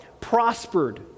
prospered